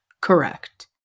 Correct